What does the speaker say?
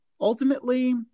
ultimately